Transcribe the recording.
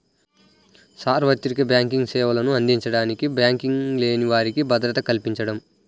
సార్వత్రిక బ్యాంకింగ్ సేవలను అందించడానికి బ్యాంకింగ్ లేని వారికి భద్రత కల్పించడం